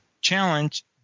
challenge